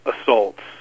assaults